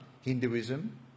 Hinduism